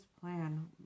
plan